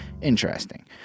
interesting